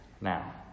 now